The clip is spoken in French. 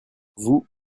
vous